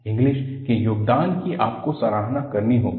Inglis के योगदान कि आपको सराहना करनी होगी